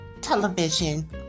Television